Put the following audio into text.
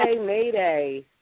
mayday